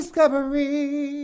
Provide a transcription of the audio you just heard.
Discovery